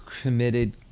committed